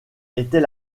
était